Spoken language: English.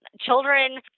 children